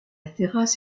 terrasse